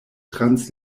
trans